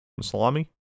Salami